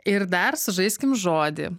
ir dar sužaiskim žodį